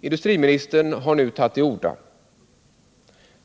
Industriministern har nu tagit till orda.